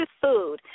food